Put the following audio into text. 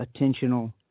attentional